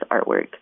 artwork